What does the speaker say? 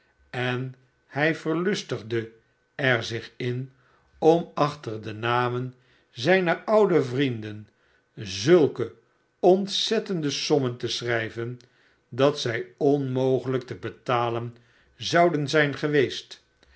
en hij verlustigde er zich in om achter de namen zijner oude vrienden zulke ontzettende sommen te schrijven dat zij onmogelijk te betalenzouden zijn geweest